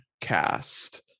cast